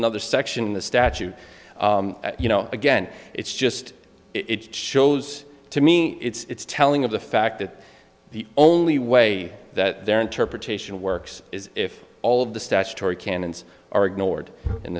another section in the statute you know again it's just it shows to me it's telling of the fact that the only way that their interpretation works is if all of the statutory canons are ignored in